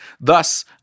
Thus